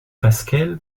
fasquelle